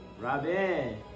Robin